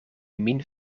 min